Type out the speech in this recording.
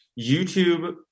YouTube